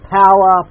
power